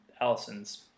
Allison's